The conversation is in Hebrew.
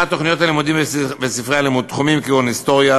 1. תוכניות הלימודים וספרי הלימוד: תחומים כגון היסטוריה,